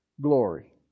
glory